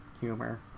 humor